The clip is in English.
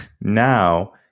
now